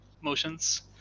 motions